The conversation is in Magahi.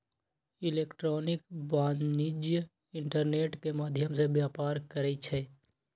इलेक्ट्रॉनिक वाणिज्य इंटरनेट के माध्यम से व्यापार करइ छै